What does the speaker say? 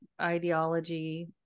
ideology